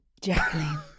Jacqueline